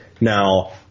Now